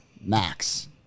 max